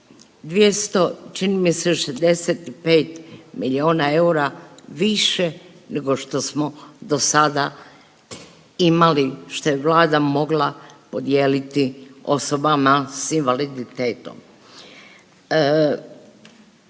200 čini mi se još 65 miliona eura više nego što smo dosada imali što je Vlada mogla podijeliti osobama s invaliditetom.